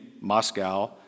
Moscow